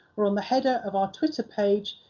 or on the header of our twitter page,